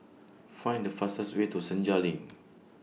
Find The fastest Way to Senja LINK